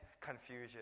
confusion